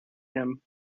him